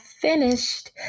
finished